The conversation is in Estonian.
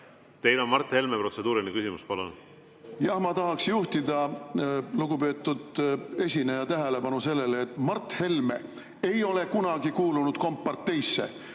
Teil, Mart Helme, on protseduuriline küsimus. Palun! Jaa, ma tahaksin juhtida lugupeetud esineja tähelepanu sellele, et Mart Helme ei ole kunagi kuulunud komparteisse